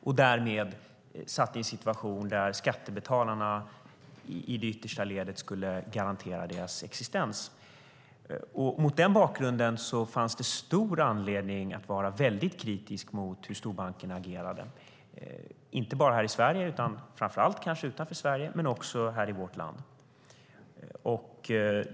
Det medförde att skattebetalarna i det yttersta ledet skulle garantera deras existens. Mot den bakgrunden fanns det stor anledning att vara mycket kritisk till hur storbankerna agerade, kanske framför allt utanför Sverige men också i vårt land.